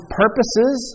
purposes